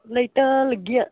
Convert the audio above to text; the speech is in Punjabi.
ਲਾਈਟਾਂ ਲੱਗੀ ਆ